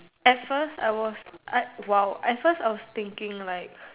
at first I was I !wow! at first I was thinking like